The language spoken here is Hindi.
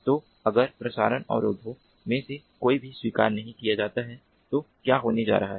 तो अगर प्रसारण अनुरोधों में से कोई भी स्वीकार नहीं किया जाता है तो क्या होने जा रहा है